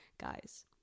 Guys